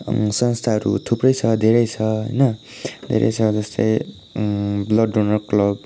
संस्थाहरू थुप्रै छ धेरै छ होइन धेरै छ जस्तै ब्लड डोनर क्लब